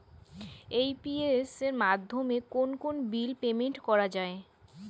AEPS মাধ্যমে কোন কোন বিল পেমেন্ট করা যায়?